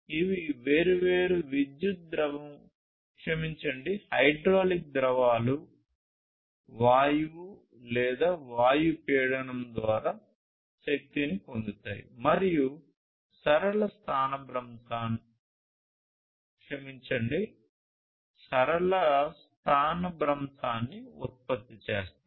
ఇవి వేర్వేరు విద్యుత్ ద్రవం క్షమించండి హైడ్రాలిక్ ద్రవాలు ఉత్పత్తి చేస్తాయి